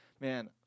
man